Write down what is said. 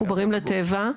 מחוברים לטבע,